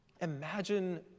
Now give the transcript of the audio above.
Imagine